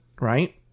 Right